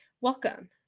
welcome